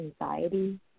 anxiety